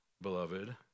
beloved